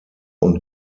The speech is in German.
und